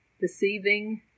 deceiving